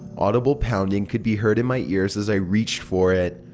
audible pounding could be heard in my ears as i reached for it.